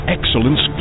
Excellence